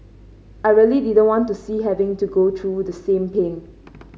I really didn't want to see having to go through the same pain